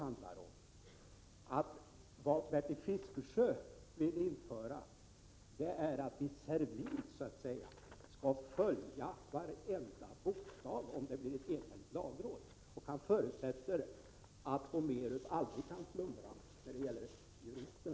Vad Bertil Fiskesjö vill införa är att vi så att säga servilt skall följa varenda bokstav från ett enhälligt lagråd. Han förutsätter att Homeros aldrig kan slumra när det gäller jurister.